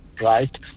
right